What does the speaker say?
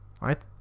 right